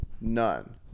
none